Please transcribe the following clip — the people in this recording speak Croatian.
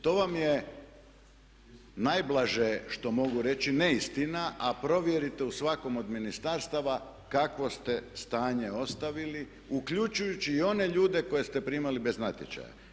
To vam je najblaže što vam mogu reći neistina a provjerite u svakom od ministarstava kakvo ste stanje ostavili uključujući i one ljude koje ste primali bez natječaja.